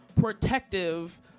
protective